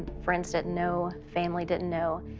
friends didn't know. family didn't know.